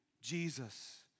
Jesus